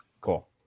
cool